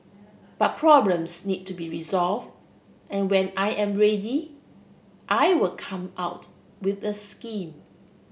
but problems need to be resolve and when I am ready I will come out with the scheme